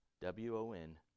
W-O-N